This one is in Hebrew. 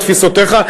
בתפיסותיך,